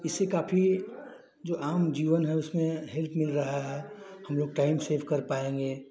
इससे काफी जो आम जीवन है उसमें हेल्प मिल रही है हमलोग टाइम सेव कर पाएँगे